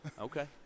Okay